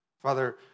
Father